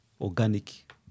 organic